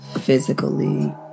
physically